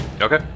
Okay